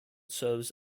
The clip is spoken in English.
serves